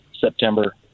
September